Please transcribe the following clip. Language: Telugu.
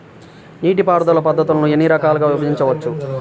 నీటిపారుదల పద్ధతులను ఎన్ని రకాలుగా విభజించవచ్చు?